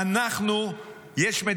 פה עולה